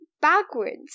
backwards